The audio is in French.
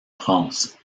france